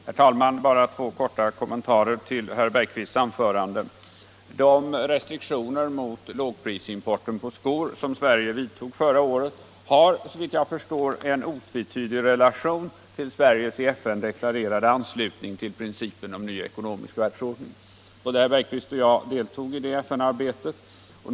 Herr talman! Jag vill bara göra två korta kommentarer till herr Bergqvists anförande. De restriktioner mot lågprisimport av skor som Sverige vidtog förra året har, såvitt jag förstår, en otvetydig relation till Sveriges i FN deklarerade anslutning till principen om en ny ekonomisk världsordning. Herr Bergqvist och jag deltog i detta FN-arbete.